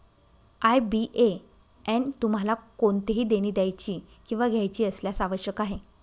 IBAN तुम्हाला कोणतेही देणी द्यायची किंवा घ्यायची असल्यास आवश्यक आहे